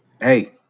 Hey